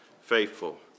faithful